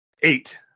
eight